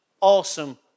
awesome